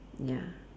ya